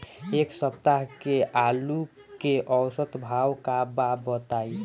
एक सप्ताह से आलू के औसत भाव का बा बताई?